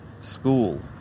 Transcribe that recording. school